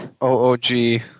OOG